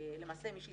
למעשה מי שיסתכל,